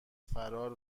فرار